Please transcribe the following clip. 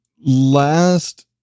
Last